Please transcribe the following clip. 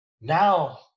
now